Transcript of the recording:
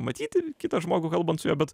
matyti kitą žmogų kalbant su juo bet